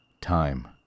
Time